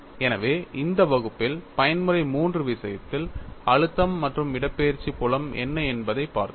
எனவே இந்த வகுப்பில் பயன்முறை III விஷயத்தில் அழுத்தம் மற்றும் இடப்பெயர்ச்சி புலம் என்ன என்பதைப் பார்த்தோம்